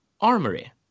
armory